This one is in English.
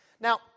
Now